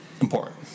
Important